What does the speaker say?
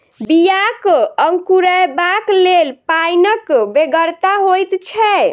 बियाक अंकुरयबाक लेल पाइनक बेगरता होइत छै